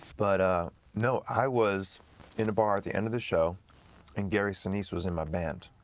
but ah no, i was in a bar at the end of the show and gary sinise was in my band.